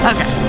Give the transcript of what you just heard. Okay